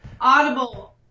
Audible